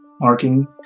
marking